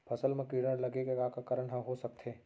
फसल म कीड़ा लगे के का का कारण ह हो सकथे?